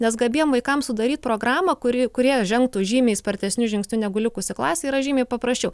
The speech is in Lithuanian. nes gabiem vaikam sudaryt programą kuri kurie ja žengtų žymiai spartesniu žingsniu negu likusi klasė yra žymiai paprasčiau